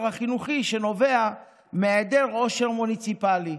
החינוכי שנובע מהיעדר עושר מוניציפלי,